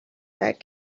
that